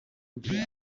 imbere